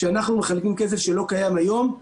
כשאנחנו מחלקים כסף שלא קיים היום,